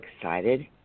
excited